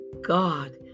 God